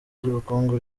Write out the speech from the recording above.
ry’ubukungu